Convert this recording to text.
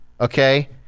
okay